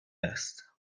است